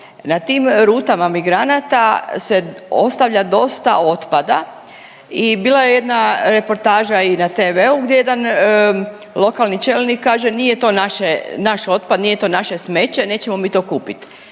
Na tim rutama migranata se ostavlja dosta otpada i bila je jedna reportaža i na tvu gdje jedan lokalni čelnik kaže nije to naš otpad, nije to naše smeće, nećemo mi to kupiti.